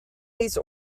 these